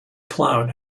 cloud